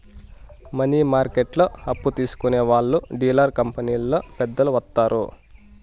money మార్కెట్లో అప్పు తీసుకునే వాళ్లు డీలర్ కంపెనీలో పెద్దలు వత్తారు